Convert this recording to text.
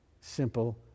simple